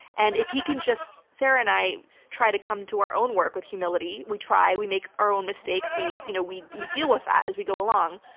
and if he can just. sarah and i try to come to our own work with humility. we try, we make our own mistakes, we you know we deal with that as we go along.